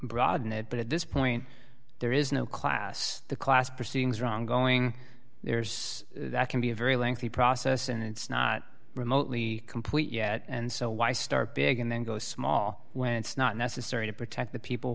broaden it but at this point there is no class the class proceedings wrong going there's that can be a very lengthy process and it's not remotely complete yet and so why start big and then go small when it's not necessary to protect the people